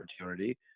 opportunity